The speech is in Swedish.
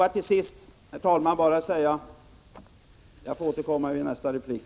Eftersom min taletid nu är slut, återkommer jag i nästa replik.